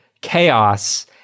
chaos